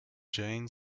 jain